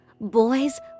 Boys